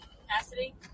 Capacity